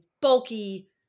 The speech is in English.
bulky